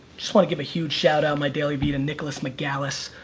just want to give a huge shoutout on my dailyvee to nicholas megalis,